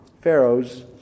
Pharaoh's